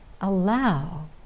allow